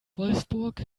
wolfsburg